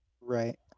Right